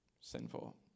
sinful